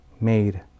made